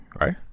right